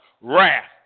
Wrath